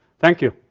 thank you